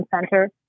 center